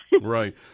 Right